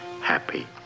happy